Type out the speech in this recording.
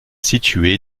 située